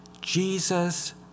Jesus